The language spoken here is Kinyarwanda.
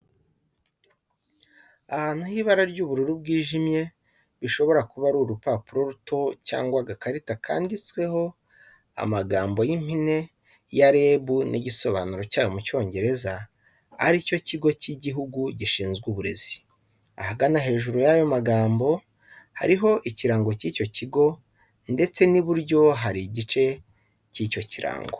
Ahantu h'ibara ry'ubururu bwijimye bishobora kuba ari urupapuro ruto cyangwa agakarita, kanditseho amagambo y'impine ya "REB", n'igisobanuro cya yo mu Cyongereza, ari cyo kigo cy'igihugu gishinzwe uburezi. Ahagana hejuru y'ayo magambo hariho ikirango cy'icyo kigo, ndetse n'iburyo hari igice cy'icyo kirango.